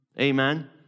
amen